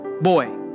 boy